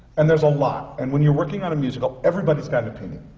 and there's a lot. and when you're working on a musical, everybody's got an opinion.